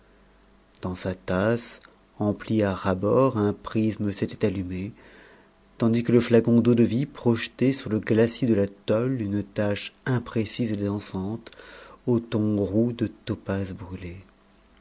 dans sa tasse emplie à ras bords un prisme s'était allumé tandis que le flacon d'eau-de-vie projetait sur le glacis de la tôle une tache imprécise et dansante aux tons roux de topaze brûlée